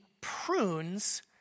prunes